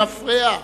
למפרע,